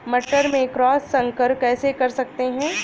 मटर में क्रॉस संकर कैसे कर सकते हैं?